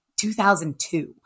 2002